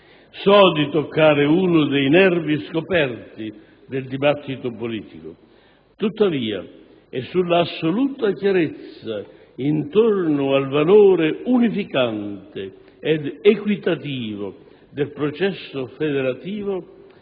So di toccare uno dei nervi scoperti del dibattito politico; tuttavia è sull'assoluta chiarezza intorno al valore unificante ed equitativo del processo federativo